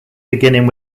beginning